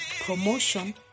Promotion